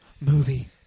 movie